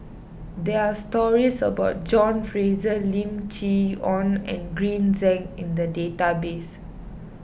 there are stories about John Fraser Lim Chee Onn and Green Zeng in the database